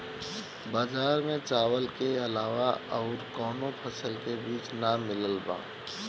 बजार में चावल के अलावा अउर कौनो फसल के बीज ना मिलत बा